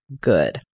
good